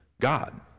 God